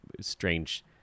strange